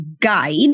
guide